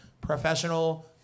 professional